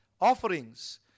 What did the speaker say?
offerings